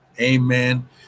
Amen